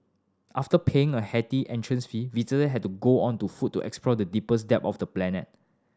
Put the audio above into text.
after paying a hefty entrance fee visitor had to go on to foot to explore the deepest depths of the planet